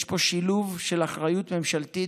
יש פה שילוב של אחריות ממשלתית,